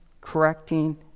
correcting